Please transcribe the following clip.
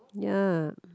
ya